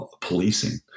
Policing